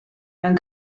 mewn